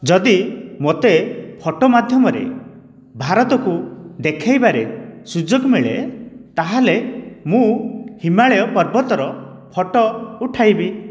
ଯଦି ମୋତେ ଫୋଟୋ ମାଧ୍ୟମରେ ଭାରତକୁ ଦେଖେଇବାରେ ସୁଯୋଗ ମିଳେ ତାହେଲେ ମୁଁ ହିମାଳୟ ପର୍ବତର ଫୋଟୋ ଉଠାଇବି